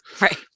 Right